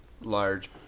large